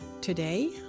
today